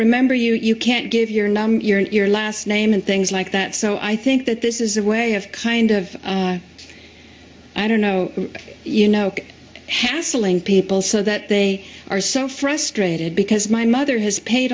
remember you can't give your number your last name and things like that so i think that this is a way of kind of i don't know you know hassling people so that they are so frustrated because my mother has pa